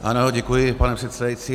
Ano, děkuji, pane předsedající.